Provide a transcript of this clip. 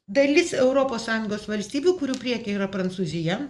dalis europos sąjungos valstybių kurių priekyje yra prancūzija